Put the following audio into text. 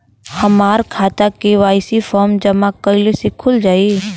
हमार खाता KYC form जमा कइले से खुल जाई?